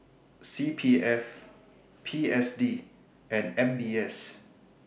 C P F P S D and M B S